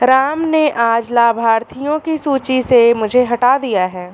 राम ने आज लाभार्थियों की सूची से मुझे हटा दिया है